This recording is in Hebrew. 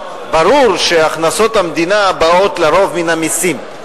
ברור שהכנסות המדינה באות לרוב מן המסים,